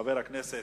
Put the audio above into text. חברי חברי הכנסת,